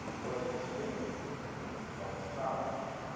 what's distinctive about the south,